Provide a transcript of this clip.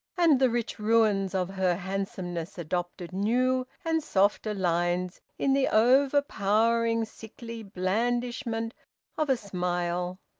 and the rich ruins of her handsomeness adopted new and softer lines in the overpowering sickly blandishment of a smile.